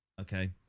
Okay